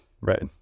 Right